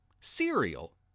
Cereal